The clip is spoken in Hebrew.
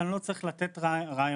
אני לא צריך לתת רעיונות,